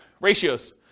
Ratios